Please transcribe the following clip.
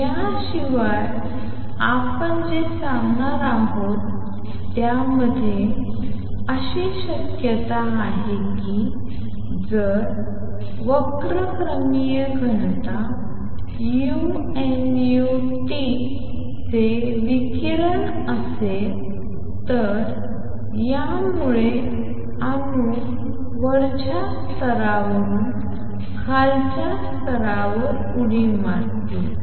याशिवाय आपण जे सांगणार आहोत त्यामध्ये अशी शक्यता आहे की जर वर्णक्रमीय घनता u nu T चे विकिरण असेल तर यामुळे अणू वरच्या स्तरावरून खालच्या स्तरावर उडी मारतील